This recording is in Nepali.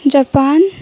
जपान